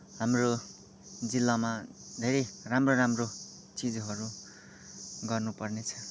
हाम्रो जिल्लामा धेरै राम्रो राम्रो चिजहरू गर्नु पर्ने छ